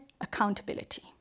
accountability